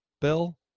Bill